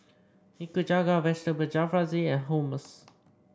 Nikujaga Vegetable Jalfrezi and Hummus